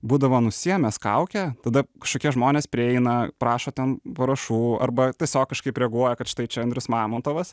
būdavo nusiėmęs kaukę tada kažkokie žmonės prieina prašo ten parašų arba tiesiog kažkaip reaguoja kad štai čia andrius mamontovas